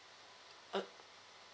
uh